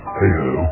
hey-ho